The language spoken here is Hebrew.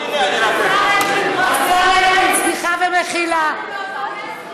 תאמיני לי, השר אלקין.